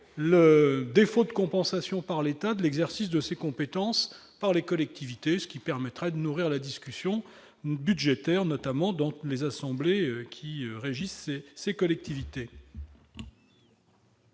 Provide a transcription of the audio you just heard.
le défaut de compensation par l'État de l'exercice de ses compétences par les collectivités, ce qui permettrait de nourrir la discussion budgétaire dans les assemblées qui régissent lesdites collectivités.